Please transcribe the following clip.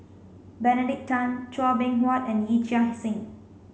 Benedict Tan Chua Beng Huat and Yee Chia Hsing